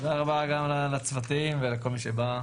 תודה רבה גם לצוותים ולכל מי שבא,